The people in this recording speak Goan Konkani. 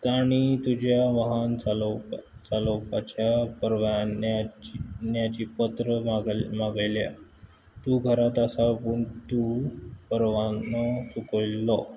तांणी तुज्या वाहन चालोवपा चालोवपाच्या परवान्याची न्याची पत्र मागल् मागयल्या तूं घरात आसा पूण तूं परवा नो चुकयल्लो